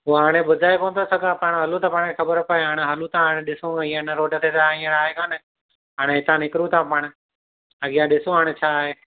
हो हाणे बुधाए कोन थो सघां पाण हलूं त हाणे ख़बरु पए हाणे हलूं था हाणे ॾिसूं हिन रोड ते त हाणे हीअ आहे कान हाणे हितां निकिरूं था पाण अॻियां ॾिसूं हाणे छाहे